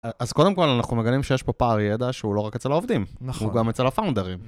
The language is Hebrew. אז קודם כל אנחנו מבינים שיש פה פער ידע שהוא לא רק אצל העובדים, הוא גם אצל הפאונדרים.